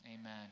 Amen